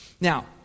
Now